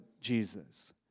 Jesus